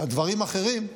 על דברים אחרים,